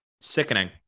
Sickening